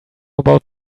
about